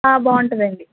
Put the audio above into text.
బాగుంటుందండి